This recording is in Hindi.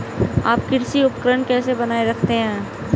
आप कृषि उपकरण कैसे बनाए रखते हैं?